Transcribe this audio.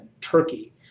Turkey